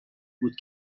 بود